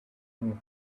know